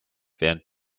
während